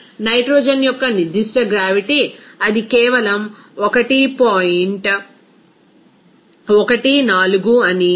కాబట్టి నైట్రోజన్ యొక్క నిర్దిష్ట గ్రావిటీ అది కేవలం 1